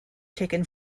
taken